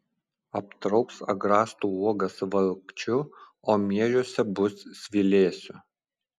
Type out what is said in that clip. aptrauks agrastų uogas valkčiu o miežiuose bus svilėsių